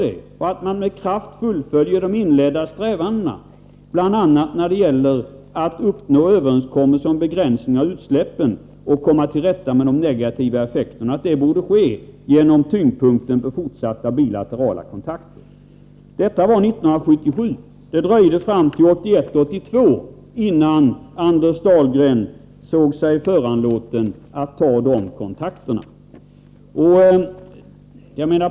Det hette vidare att man med kraft skulle fullfölja de inledda strävandena bl.a. när det gällde att nå överenskommelse om begränsning av utsläppen och att komma till rätta med de negativa effekterna. Det borde ske genom fortsatta bilaterala kontakter. Men det skulle dröja till riksmötet 1981/82 innan jordbruksminister Anders Dahlgren såg sig föranlåten att ta dessa kontakter.